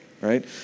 right